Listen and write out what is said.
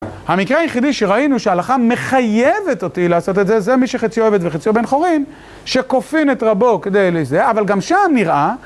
המקרה היחידי שראינו שההלכה מחייבת אותי לעשות את זה, זה מי שחציו עבד וחציו בן חורין, שכופין את רבו כדי לזה, אבל גם שם נראה...